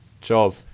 job